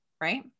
right